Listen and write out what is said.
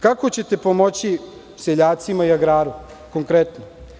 Kako ćete pomoći seljacima i agraru konkretno?